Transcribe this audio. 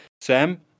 sam